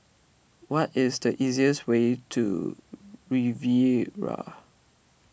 what is the easiest way to Riviera